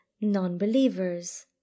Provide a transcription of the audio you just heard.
non-believers